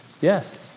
Yes